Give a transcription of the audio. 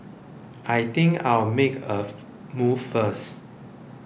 I think I'll make a move first